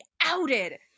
outed